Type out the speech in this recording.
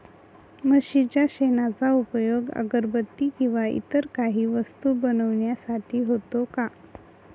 म्हशीच्या शेणाचा उपयोग अगरबत्ती किंवा इतर काही वस्तू बनविण्यासाठी होतो का?